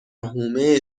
حومه